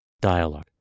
dialogue